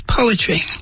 poetry